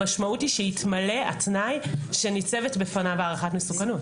המשמעות היא שיתמלא התנאי שניצבת בפניו הערכת מסוכנות.